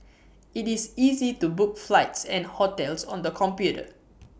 IT is easy to book flights and hotels on the computer